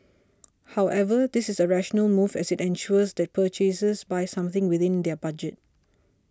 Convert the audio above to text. however this is a rational move as it ensures that purchasers buy something within their budget